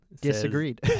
disagreed